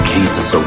Jesus